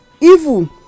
evil